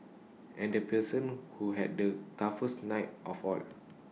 and the person who had the toughest night of all